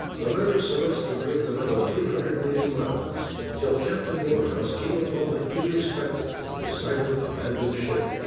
the mary celeste would drift another three hundred and eighty miles until captain morehouse came upon the eerie spectacle of the silent, abandoned ship.